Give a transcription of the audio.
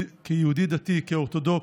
כיהודי דתי, כאורתודוקס,